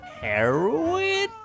Heroin